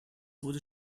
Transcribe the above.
wurde